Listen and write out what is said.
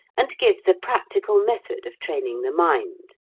and gives a practical method of training the mind,